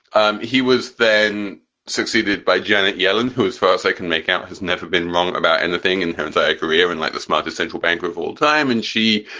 um he was then succeeded by janet yellen, who, as far as i can make out, has never been wrong about anything in her entire career and like the smartest central banker of all time and she